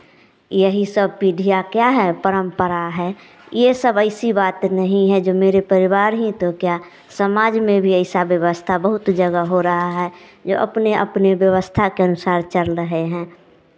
यही सब पीढ़ियाँ क्या है परम्परा है यह सब ऐसी बात नहीं है जो मेरे परिवार ही तो क्या समाज में भी ऐसा व्यवस्था बहुत जगह हो रहा है जो अपने अपने व्यवस्था के अनुसार चल रहे हैं